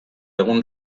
egun